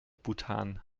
bhutan